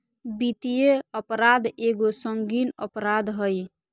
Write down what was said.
वित्तीय अपराध एगो संगीन अपराध हइ